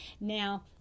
Now